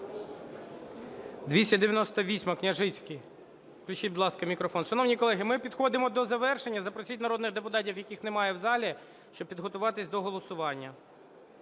298-а, Княжицький. Включіть, будь ласка, мікрофон. Шановні колеги, ми підходимо до завершення, запросіть народних депутатів, яких немає в залі, щоб підготуватись до голосування.